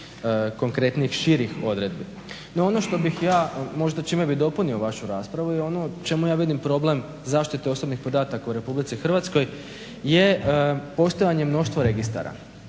konkretnijih širih odredbi. No, ono što bih ja možda čime bih dopunio vašu raspravu je ono u čemu ja vidim problem zaštite osobnih podataka u Republici Hrvatskoj je postojanje mnoštvo registara.